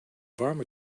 warme